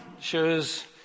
shows